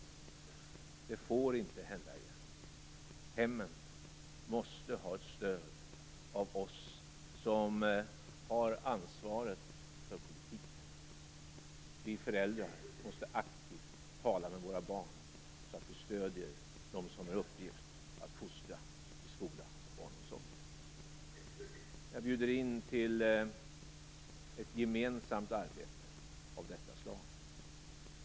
Det får inte hända igen. Hemmen måste ha ett stöd av oss som har ansvaret för politiken. Vi föräldrar måste aktivt tala med våra barn så att vi stöder dem som har till uppgift att fostra i skola och barnomsorg. Jag bjuder in till ett gemensamt arbete av detta slag.